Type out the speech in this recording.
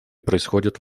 происходят